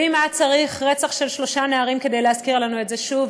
ואם היה צריך רצח של שלושה נערים כדי להזכיר לנו את זה שוב,